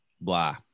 blah